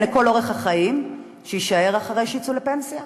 לכל אורך השנים שיישארו אחרי שיצאו לפנסיה,